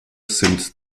sind